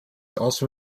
also